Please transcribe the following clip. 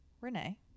Renee